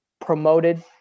promoted